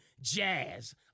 jazz